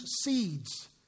seeds